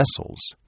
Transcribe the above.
vessels